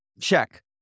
check